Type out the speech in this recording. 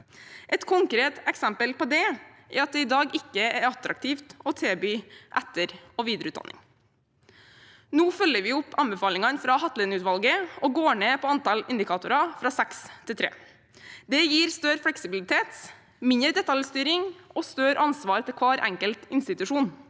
Et konkret eksempel på det er at det i dag ikke er attraktivt å tilby etter- og videreutdanning. Nå følger vi opp anbefalingene fra Hatlenutvalget og går ned på antallet indikatorer, fra seks til tre. Det gir større fleksibilitet, mindre detaljstyring og større ansvar til hver enkelt institusjon,